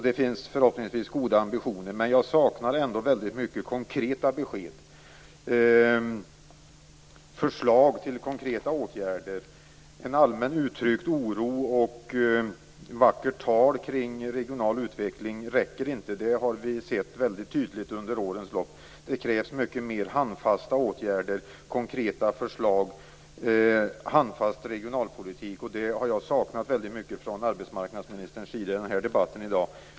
Det finns förhoppningsvis goda ambitioner, men jag saknar ändå konkreta besked och förslag till konkreta åtgärder. En allmänt uttryckt oro och vackert tal kring regional utveckling räcker inte. Det har vi sett väldigt tydligt under årens lopp. Det krävs mycket mer handfasta åtgärder och konkreta förslag. Jag har saknat en handfast regionalpolitik från arbetsmarknadsministerns sida i denna debatt.